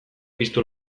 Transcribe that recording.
piztu